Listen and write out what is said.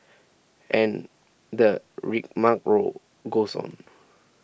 and the rigmarole goes on